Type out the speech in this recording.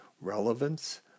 relevance